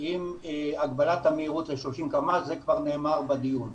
עם הגבלת מהירות של 30 קמ"ש, וזה כבר נאמר בדיון.